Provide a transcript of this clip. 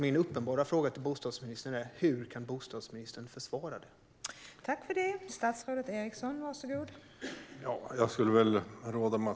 Min uppenbara fråga till bostadsministern är: Hur kan bostadsministern försvara detta?